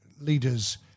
leaders